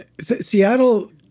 seattle